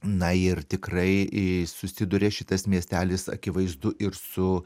na ir tikrai susiduria šitas miestelis akivaizdu ir su